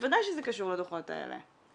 בוודאי שזה קשור לדוחות האלה.